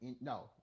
No